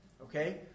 Okay